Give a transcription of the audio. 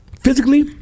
physically